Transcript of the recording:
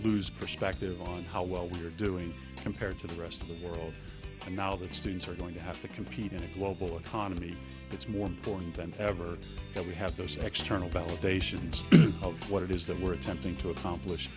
lose perspective on how well we are doing compared to the rest of the world and now the students are going to have to compete in a global economy that's more important than ever that we have those external validation of what it is that we're attempting to accomplish